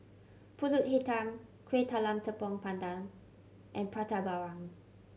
Pulut Hitam Kueh Talam Tepong Pandan and Prata Bawang